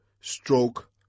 stroke